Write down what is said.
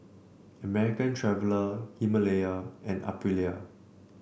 American Traveller Himalaya and Aprilia